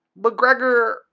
McGregor